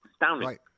astounding